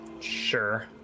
Sure